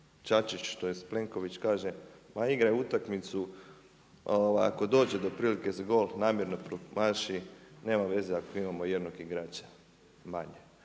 Čačić, tj. Plenković kaže ma igraj utakmicu, ako dođe do prilike za gol, namjerno promaši, nema veze ako imamo jednog igrača manje.